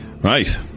Right